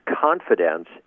confidence